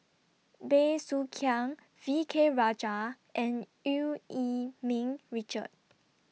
Bey Soo Khiang V K Rajah and EU Yee Ming Richard